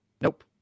nope